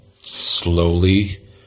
slowly